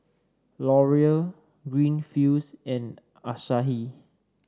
Laurier Greenfields and Asahi